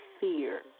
fear